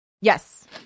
Yes